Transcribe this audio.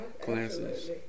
classes